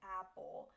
apple